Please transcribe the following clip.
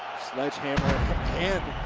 sledgehammer in